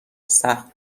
سخت